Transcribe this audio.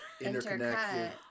interconnected